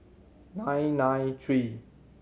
nine nine three